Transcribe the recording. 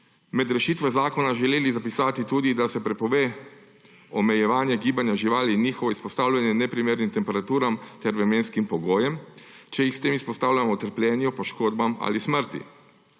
med rešitve zakona želeli zapisati tudi, da se prepove omejevanje gibanja živali in njihovo izpostavljanje neprimernim temperaturam ter vremenskim pogojem, če jih s tem izpostavljamo trpljenju, poškodbam ali smrti.